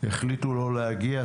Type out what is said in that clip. החליטו לא להגיע.